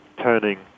turning